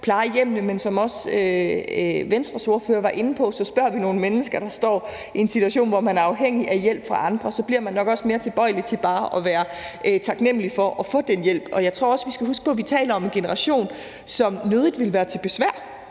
plejehjemmene, men som også Venstres ordfører var inde på, spørger vi nogle mennesker, der står i en situation, hvor de er afhængige af hjælp fra andre, og så bliver man nok også mere tilbøjelig til bare at være taknemlig for at få den hjælp. Jeg tror også, at vi skal huske på, at vi taler om en generation, som nødig vil være til besvær,